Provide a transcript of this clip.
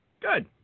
Good